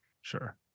sure